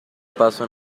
paso